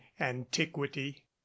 antiquity